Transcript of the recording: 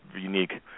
unique